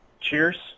cheers